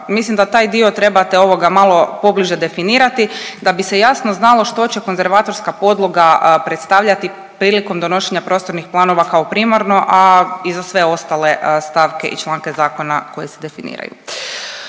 mislim da taj dio trebate ovoga malo pobliže definirati da bi se jasno znalo što će konzervatorska podloga predstavljati prilikom donošenja prostornih planova kao primarno, a i za sve ostale stavke i članke zakona koji se definiraju.